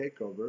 takeover